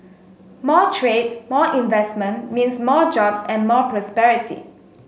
more trade more investment means more jobs and more prosperity